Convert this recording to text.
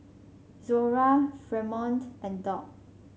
Zora Fremont and Doc